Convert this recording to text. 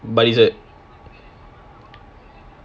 but is your